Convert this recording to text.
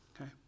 okay